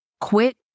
Quit